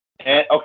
Okay